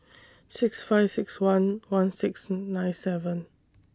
six five six one one six nine seven